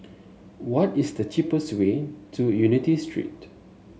what is the cheapest way to Unity Street